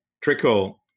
trickle